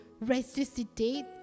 resuscitate